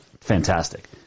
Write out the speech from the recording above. fantastic